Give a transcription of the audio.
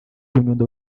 nyundo